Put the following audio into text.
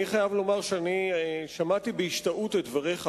אני חייב לומר ששמעתי בהשתאות את דבריך,